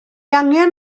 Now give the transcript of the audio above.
angen